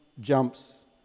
jumps